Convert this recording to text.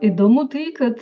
įdomu tai kad